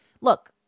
Look